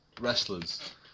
wrestlers